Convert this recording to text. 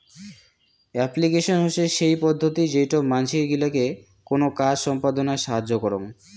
application হসে সেই পদ্ধতি যেইটো মানসি গিলাকে কোনো কাজ সম্পদনায় সাহায্য করং